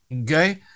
okay